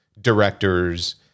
directors